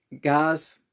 Guys